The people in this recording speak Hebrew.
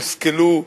הושכלו,